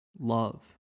Love